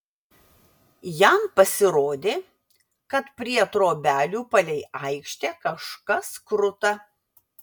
jam pasirodė kad prie trobelių palei aikštę kažkas kruta